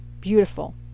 beautiful